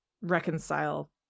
reconcile